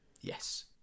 Yes